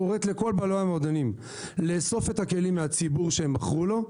היא קוראת לכל בעלי המועדונים לאסוף את הכלים מהציבור שהם מכרו לו.